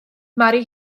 mari